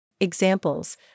Examples